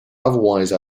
otherwise